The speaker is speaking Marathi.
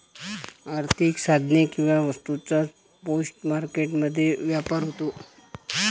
आर्थिक साधने किंवा वस्तूंचा स्पॉट मार्केट मध्ये व्यापार होतो